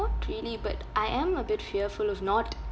really but I am a bit fearful of not